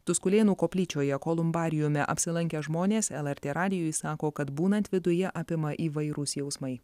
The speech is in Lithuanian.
tuskulėnų koplyčioje kolumbariume apsilankę žmonės lrt radijui sako kad būnant viduje apima įvairūs jausmai